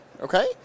Okay